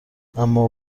اما